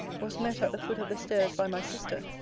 was met at the foot of the stairs by my sister,